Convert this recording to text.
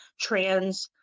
trans